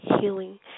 healing